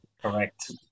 correct